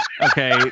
Okay